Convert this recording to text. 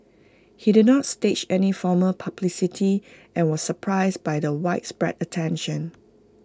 he did not stage any formal publicity and was surprised by the widespread attention